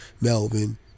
Melvin